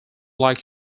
like